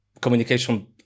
communication